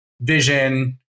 vision